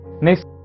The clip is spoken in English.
next